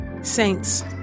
Saints